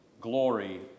glory